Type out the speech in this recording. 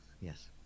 yes